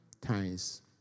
times